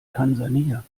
tansania